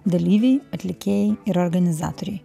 dalyviai atlikėjai ir organizatoriai